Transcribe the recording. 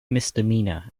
misdemeanor